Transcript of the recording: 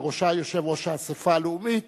שבראשה יושב-ראש האספה הלאומית